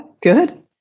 Good